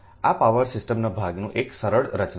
આ પાવર સિસ્ટમના ભાગની એક સરળ રચના છે